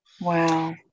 wow